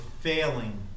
failing